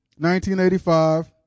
1985